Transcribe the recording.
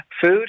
food